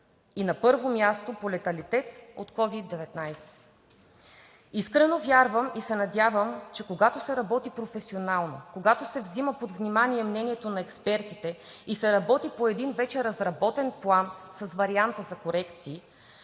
и на 1-во място по леталитет от COVID-19. Искрено вярвам и се надявам, че когато се работи професионално, когато се взима под внимание мнението на експертите и се работи по един вече разработен план с вариант за корекции,